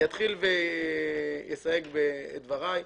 אני אתחיל ואסייג את דבריי.